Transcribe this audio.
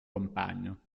compagno